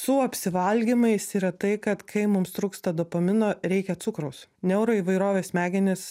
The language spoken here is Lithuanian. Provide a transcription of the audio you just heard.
su apsivalgymais yra tai kad kai mums trūksta dopamino reikia cukraus neuroįvairovės smegenys